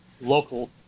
local